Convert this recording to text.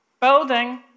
building